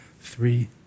Three